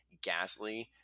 Gasly